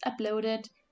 uploaded